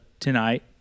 tonight